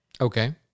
Okay